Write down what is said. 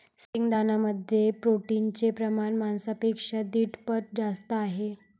शेंगदाण्यांमध्ये प्रोटीनचे प्रमाण मांसापेक्षा दीड पट जास्त आहे